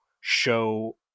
show